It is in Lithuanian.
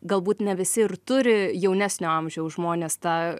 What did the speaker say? galbūt ne visi ir turi jaunesnio amžiaus žmonės tą